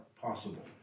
possible